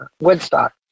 Woodstock